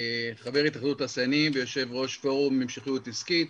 חבר התאחדות התעשיינים ויושב ראש פורום המשכיות עסקית,